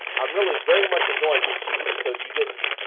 i'm really very much annoyed with you because you didn't.